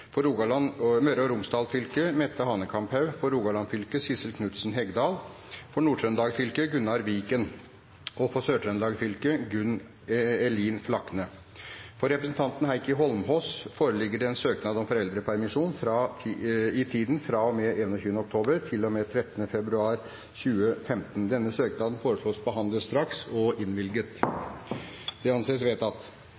For Møre og Romsdal fylke: Mette Hanekamhaug For Rogaland fylke: Sissel Knutsen Hegdal For Nord-Trøndelag fylke: Gunnar Viken For Sør-Trøndelag fylke: Gunn Elin Flakne Fra representanten Heikki Eidsvoll Holmås foreligger søknad om foreldrepermisjon i tiden fra og med 21. oktober til og med 13. februar 2015. Etter forslag fra presidenten ble enstemmig besluttet: Søknaden behandles straks og